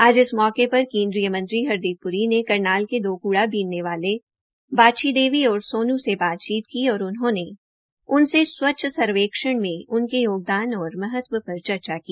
आज इस मौके पर केन्द्रीय मंत्री हरदीप प्री ने करनाल के दो कूड़ा बीनने वाले बाछी देवी और सोन् से बातचीत की और उन्होंने उनसे स्व्च्छता सर्वेक्षण में उनके योगदान और महत्व पर चर्चा की